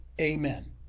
Amen